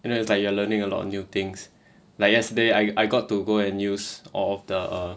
you know it's like you are learning a lot of new things like yesterday I I got to go and use all of the